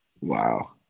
Wow